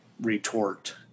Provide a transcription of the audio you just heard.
retort